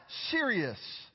serious